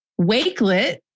Wakelet